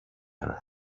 her